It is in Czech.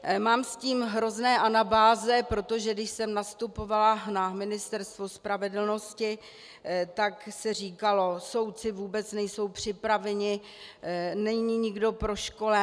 Mám s tím hrozné anabáze, protože když jsem nastupovala na Ministerstvo spravedlnosti, tak se říkalo: Soudci vůbec nejsou připraveni, není nikdo proškolen.